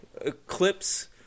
eclipse